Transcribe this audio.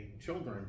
children